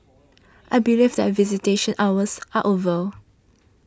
I believe that visitation hours are over